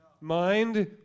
mind